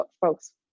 folks